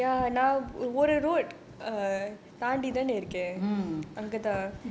mm